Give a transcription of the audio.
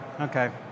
Okay